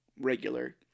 regular